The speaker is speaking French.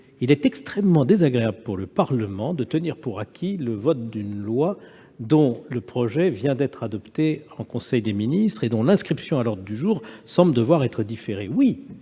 il est extrêmement désagréable pour le Parlement de tenir pour acquis le vote d'une loi, dont le projet vient seulement d'être adopté en conseil des ministres et dont l'inscription à l'ordre du jour semble devoir être différée.